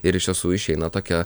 ir iš tiesų išeina tokia